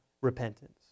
repentance